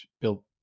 built